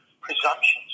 presumptions